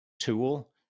tool